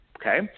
okay